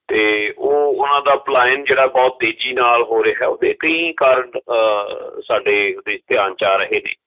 ਅਤੇ ਉਹ ਉਹਨਾਂ ਦਾ ਪਲਾਇਨ ਜਿਹੜਾ ਬਹੁਤ ਤੇਜ਼ੀ ਨਾਲ ਹੋ ਰਿਹਾ ਉਹਦੇ ਕਈ ਕਾਰਨ ਸਾਡੇ ਉਹਦੇ ਧਿਆਨ 'ਚ ਆ ਰਹੇ ਨੇ